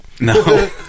No